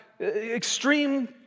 extreme